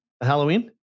Halloween